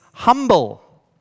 Humble